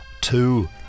Two